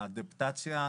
האדפטציה,